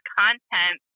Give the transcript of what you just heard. content